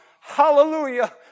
Hallelujah